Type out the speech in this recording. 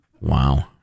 Wow